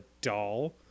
doll